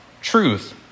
truth